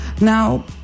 Now